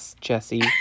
Jesse